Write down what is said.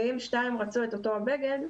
ואם שתיים רצו את אותו בגד,